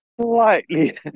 slightly